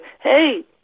hey